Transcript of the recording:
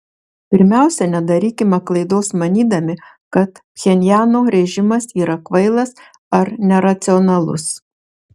pirmiausia nedarykime klaidos manydami kad pchenjano režimas yra kvailas ar neracionalus